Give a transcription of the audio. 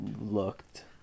looked